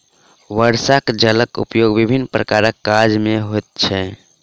वर्षाक जलक उपयोग विभिन्न प्रकारक काज मे होइत छै